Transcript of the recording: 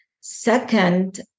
Second